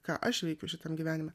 ką aš veikiu šitam gyvenime